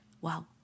Wow